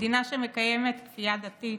מדינה שמקיימת כפייה דתית?